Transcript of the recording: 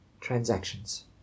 transactions